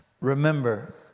Remember